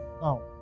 Now